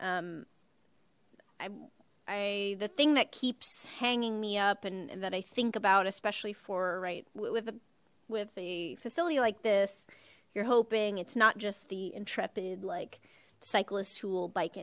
um i the thing that keeps hanging me up and that i think about especially for right with a with a facility like this you're hoping it's not just the intrepid like cyclists who'll bike